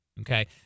Okay